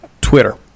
Twitter